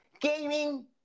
Gaming